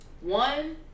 One